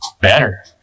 better